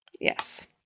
Yes